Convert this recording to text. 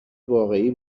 واقعی